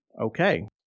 Okay